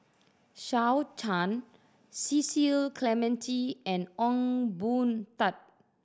Shao Chan Cecil Clementi and Ong Boon Tat